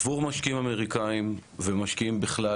עבור משקיעים אמריקאים ומשקיעים בכלל,